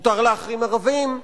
מותר להחרים ערבים,